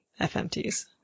FMTs